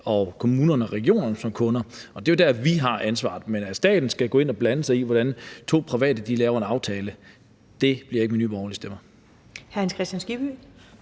og kommunerne og regionerne som kunder. Det er jo der, vi har ansvaret. Men at staten skal gå ind og blande sig i, hvordan to private laver en aftale, bliver ikke med Nye Borgerliges stemmer.